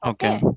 Okay